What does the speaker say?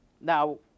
now